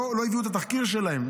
לא הביאו את התחקיר שלהם,